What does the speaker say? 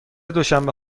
دوشنبه